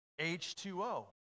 H2O